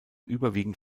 überwiegend